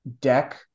deck